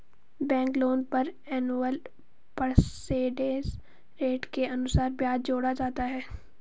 bank loan पर annual percentage rate के अनुसार ब्याज जोड़ा जाता है